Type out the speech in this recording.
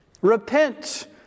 Repent